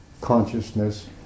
consciousness